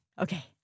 Okay